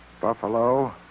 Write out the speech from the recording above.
Buffalo